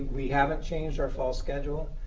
we haven't changed our fall schedule.